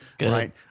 right